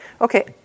Okay